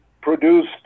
produced